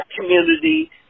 community